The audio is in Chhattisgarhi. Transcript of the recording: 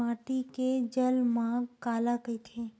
माटी के जलमांग काला कइथे?